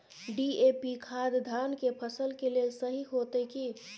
DAP खाद धान के फसल के लेल सही होतय की?